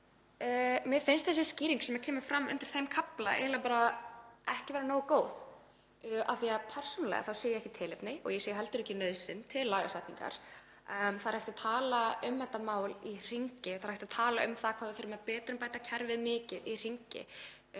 Mér finnst þessi skýring sem kemur fram undir þeim kafla eiginlega bara ekki vera nógu góð af því að persónulega sé ég ekki tilefni og ég sé heldur ekki nauðsyn til lagasetningar. Það er hægt að tala um þetta mál í hringi, hægt að tala um það hvað við þurfum að betrumbæta kerfið mikið í hringi.